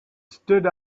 stood